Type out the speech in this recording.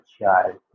child